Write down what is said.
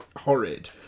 horrid